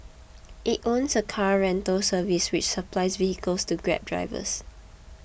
it owns a car rental service which supplies vehicles to grab drivers